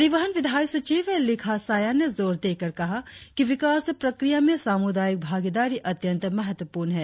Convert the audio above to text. परिवहन विधायी सचिव लिखा साया ने जोर देकर कहा कि विकास प्रक्रिया में सामुदायिक भागीदारी अत्यंत महत्वपूर्ण है